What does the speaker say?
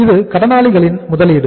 இது கடனாளிகளின் முதலீடு